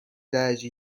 درجه